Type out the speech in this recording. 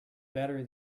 better